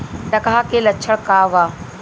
डकहा के लक्षण का वा?